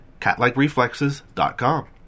catlikereflexes.com